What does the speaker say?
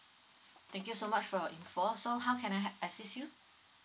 thank you so much for your info so how can I hel~ assist you